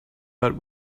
but